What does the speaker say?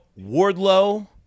Wardlow